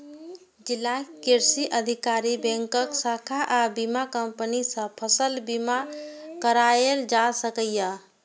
जिलाक कृषि अधिकारी, बैंकक शाखा आ बीमा कंपनी सं फसल बीमा कराएल जा सकैए